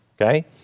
Okay